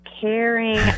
caring